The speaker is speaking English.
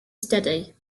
steady